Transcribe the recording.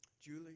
Julie